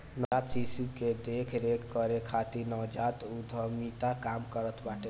नवजात शिशु कअ देख रेख करे खातिर नवजात उद्यमिता काम करत बाटे